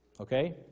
Okay